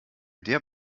der